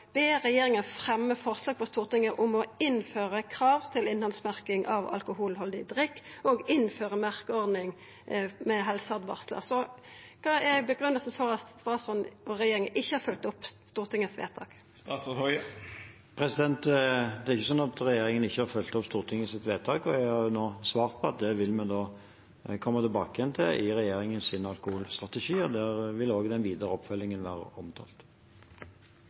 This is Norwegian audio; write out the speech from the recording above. forslag for Stortinget om å innføra krav til innhaldsmerking av alkoholhaldig drikk og innføra merkeordning med helseåtvaringar. Så kva er grunngivinga for at statsråden og regjeringa ikkje har følgt opp Stortingets vedtak? Det ikke sånn at regjeringen ikke har fulgt opp Stortingets vedtak, og jeg har nå svart at det vil vi komme tilbake til i regjeringens alkoholstrategi. Der vil også den videre oppfølgingen være omtalt.